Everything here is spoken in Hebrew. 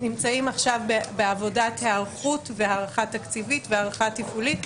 נמצאים עכשיו בעבודת היערכות והערכה תקציבית והערכה תפעולית.